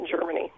germany